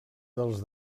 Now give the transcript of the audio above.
dels